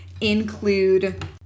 include